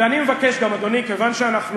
ואני מבקש גם, אדוני, כיוון שאנחנו